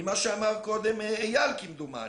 ממה שאמר קודם איל, כמדומני.